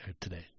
today